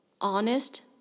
honest